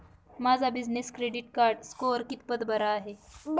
माझा business credit score कितपत बरा आहे?